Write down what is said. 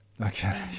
Okay